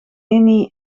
eni